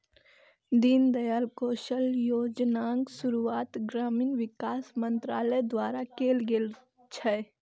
दीनदयाल कौशल्य योजनाक शुरुआत ग्रामीण विकास मंत्रालय द्वारा कैल गेल छै